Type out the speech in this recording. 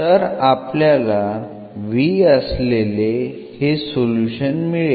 तर आपल्याला v असलेले हे सोल्युशन मिळेल